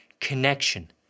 connection